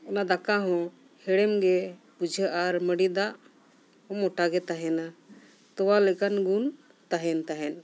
ᱚᱱᱟ ᱫᱟᱠᱟ ᱦᱚᱸ ᱦᱮᱲᱮᱢ ᱜᱮ ᱵᱩᱡᱷᱟᱹᱜᱼᱟ ᱟᱨ ᱢᱟᱹᱰᱤ ᱫᱟᱜ ᱦᱚᱸ ᱢᱚᱴᱟ ᱜᱮ ᱛᱟᱦᱮᱱᱟ ᱛᱚᱣᱟ ᱞᱮᱠᱟᱱ ᱜᱩᱱ ᱛᱟᱦᱮᱱ ᱛᱟᱦᱮᱸᱫ